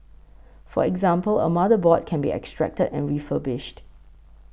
for example a motherboard can be extracted and refurbished